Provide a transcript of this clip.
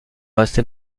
restait